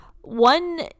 one